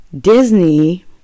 Disney